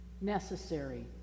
necessary